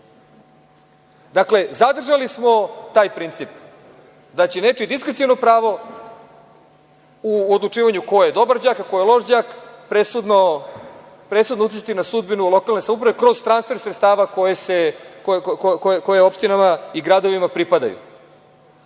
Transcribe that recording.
Zadržali smo taj princip da će nečije diskreciono pravo u odlučivanju ko je dobar đak a ko je loš đak presudno uticati na sudbinu lokalne samouprave kroz transfer sredstava koja opštinama i gradovima pripadaju.